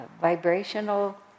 vibrational